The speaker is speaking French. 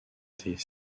des